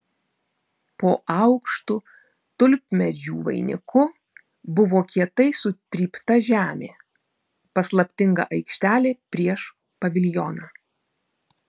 po aukštu tulpmedžių vainiku buvo kietai sutrypta žemė paslaptinga aikštelė prieš paviljoną